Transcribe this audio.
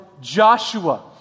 Joshua